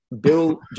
Bill